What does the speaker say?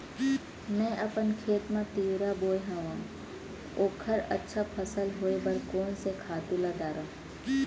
मैं अपन खेत मा तिंवरा बोये हव ओखर अच्छा फसल होये बर कोन से खातू ला डारव?